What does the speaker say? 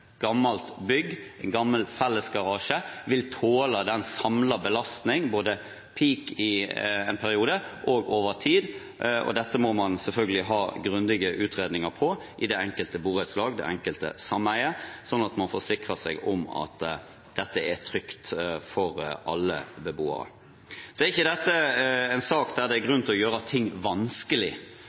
gammelt bygg eller en gammel fellesgarasje vil tåle den samlede belastningen – både «peak» i en periode og over tid – og dette må man selvfølgelig ha grundige utredninger av i det enkelte borettslag og sameie, slik at man forsikrer seg om at det er trygt for alle beboere. Dette er ikke en sak der det er grunn til å gjøre ting vanskelig,